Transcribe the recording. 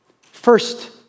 First